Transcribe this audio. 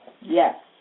Yes